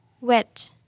wet